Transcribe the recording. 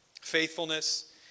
Faithfulness